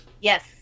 Yes